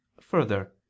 further